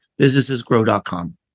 Businessesgrow.com